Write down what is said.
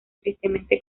tristemente